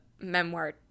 memoir